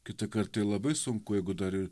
kitą kart tai labai sunku jeigu dar ir